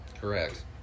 correct